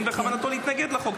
אם בכוונתו להתנגד לחוק.